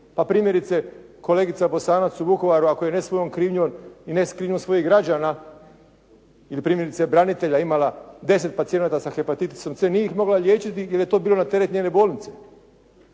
pa primjerice kolegica Bosanac u Vukovaru ako je ne svojoj krivnjom i ne s krivnjom svojih građana ili primjerice branitelja imala 10 pacijenata sa hepatitisom C nije ih mogla liječiti jer je to bilo na teret njene bolnice.